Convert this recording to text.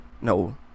no